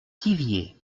thiviers